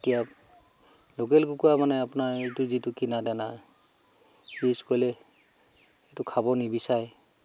এতিয়া লোকেল কুকুৰা মানে আপোনাৰ এইটো যিটো কিনা দানা ইউজ কৰিলে এইটো খাব নিবিচাৰে